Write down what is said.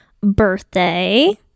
birthday